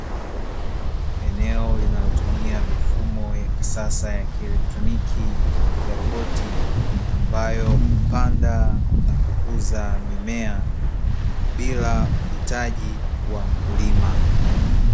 Eneo linalotumia mifumo ya kisasa ya kieletroniki ya roboti ambayo hupanda na kukuza mimea bila uhitaji wa mkulima.